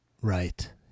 Right